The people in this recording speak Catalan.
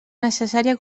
necessària